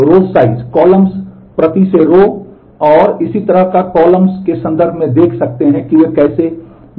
तो आप अधिकतम रो साइज के संदर्भ में देख सकते हैं कि वे कैसे भिन्न होते हैं